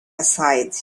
aside